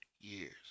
years